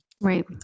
Right